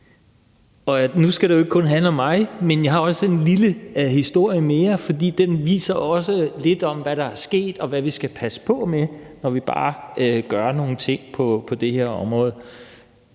så. Nu skal det jo ikke kun handle om mig, men jeg har også en lille historie mere, for den viser også lidt om, hvad der er sket, og hvad vi skal passe på med, når vi bare gør nogle ting på det her område.